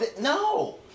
no